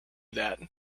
that